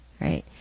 right